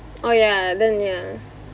oh ya then ya